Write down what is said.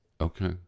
Okay